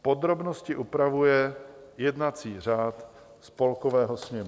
Podrobnosti upravuje jednací řád Spolkového sněmu.